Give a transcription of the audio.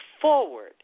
forward